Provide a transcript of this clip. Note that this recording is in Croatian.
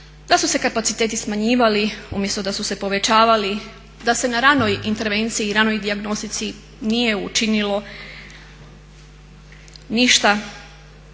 da su se kapaciteti smanjivali umjesto da su se povećavali, da se na ranoj intervenciji i ranoj dijagnostici nije učinilo ništa